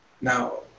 Now